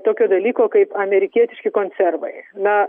tokio dalyko kaip amerikietiški konservai